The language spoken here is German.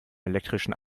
elektrischen